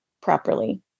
properly